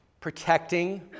protecting